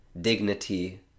dignity